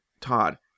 Todd